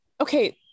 okay